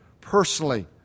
personally